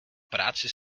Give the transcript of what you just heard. práci